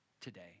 today